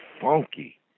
funky